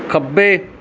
ਖੱਬੇ